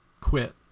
quit